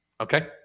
Okay